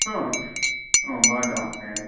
भवन्तमाह्वयामि